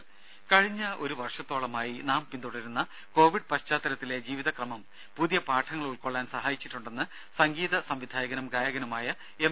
ദ്ദേ കഴിഞ്ഞ ഒരു വർഷത്തോളമായി നാം പിന്തുടരുന്ന കോവിഡ് പശ്ചാത്തലത്തിലെ ജീവിതക്രമം പുതിയ പാഠങ്ങൾ ഉൾക്കൊള്ളാൻ സഹായിച്ചിട്ടുണ്ടെന്ന് സംഗീത സംവിധായകനും ഗായകനുമായ എം